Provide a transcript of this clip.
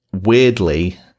weirdly